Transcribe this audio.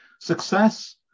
Success